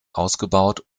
ausgebaut